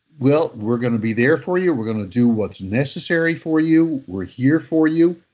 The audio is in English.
well, we're going to be there for you. we're going to do what's necessary for you. we're here for you.